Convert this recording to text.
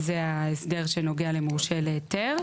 זה ההסדר שנוגע למורשה להיתר.